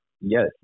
yes